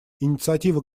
инициатива